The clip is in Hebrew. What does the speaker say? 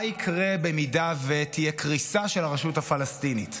מה יקרה במידה שתהיה קריסה של הרשות הפלסטינית?